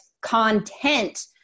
content